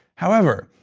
however,